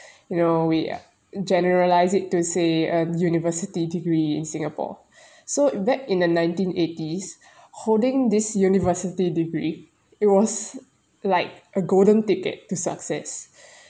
you know we generalize it to say a university degree in singapore so that in the nineteen eighties holding this university degree it was like a golden ticket to success